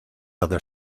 other